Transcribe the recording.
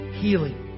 healing